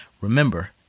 Remember